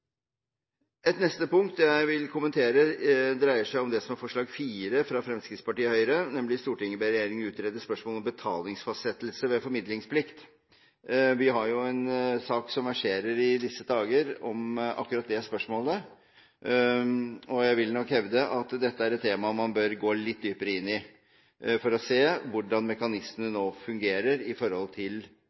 neste punkt jeg vil kommentere, dreier seg om det som er forslag nr. 4, fra Fremskrittspartiet og Høyre, nemlig: «Stortinget ber regjeringen utrede spørsmålet om betalingsfastsettelse ved formidlingsplikt …» Vi har en sak som verserer i disse dager, om akkurat det spørsmålet. Jeg vil nok hevde at dette er et tema man bør gå litt dypere inn i for å se hvordan mekanismene nå fungerer når det gjelder betalingsfastsettelsen. Det er et regelverk som i